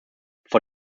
vor